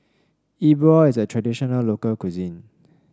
Yi Bua is a traditional local cuisine